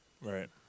Right